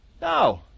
No